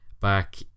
back